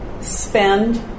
spend